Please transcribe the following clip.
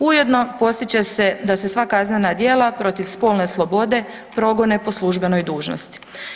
Ujedno postići će se da se sva kaznena djela protiv spolne slobode progone po službenoj dužnosti.